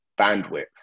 bandwidth